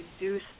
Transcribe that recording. reduce